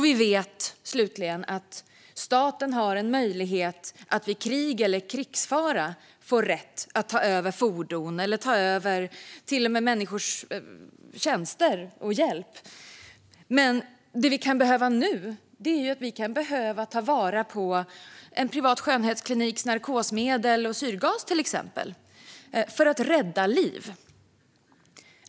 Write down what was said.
Vi vet att staten har en möjlighet att vid krig eller krigsfara ta över fordon eller till och med människors tjänster och hjälp. Men det vi kan behöva nu är till exempel en privat skönhetskliniks narkosmedel och syrgas för att rädda liv.